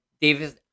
Davis